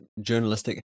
journalistic